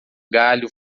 galho